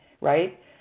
right